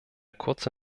kurze